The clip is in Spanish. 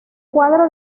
cuadro